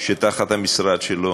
שתחת המשרד שלו